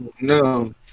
No